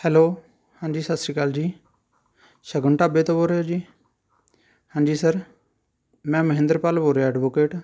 hello ਹਾਂਜੀ ਸਤਿ ਸ਼੍ਰੀ ਅਕਾਲ ਜੀ ਸ਼ਗੁਨ ਢਾਬੇ ਤੋਂ ਬੋਲ ਰਹੇ ਹੋ ਜੀ ਹਾਂਜੀ ਸਰ ਮੈਂ ਮਹਿੰਦਰਪਾਲ ਬੋਲ ਰਿਹਾ ਐਡਵੋਕੇਟ